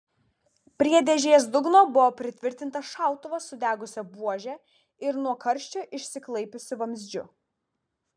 prie dėžės dugno buvo pritvirtintas šautuvas sudegusia buože ir nuo karščio išsiklaipiusiu vamzdžiu